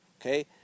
Okay